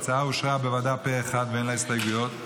ההצעה אושרה בוועדה פה אחד ואין לה הסתייגויות,